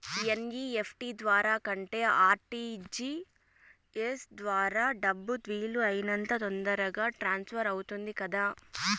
NEFT ద్వారా కంటే RTGS ద్వారా డబ్బు వీలు అయినంత తొందరగా ట్రాన్స్ఫర్ అవుతుంది కదా